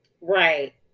right